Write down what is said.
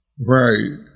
Right